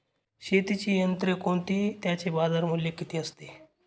शेतीची यंत्रे कोणती? त्याचे बाजारमूल्य किती असते?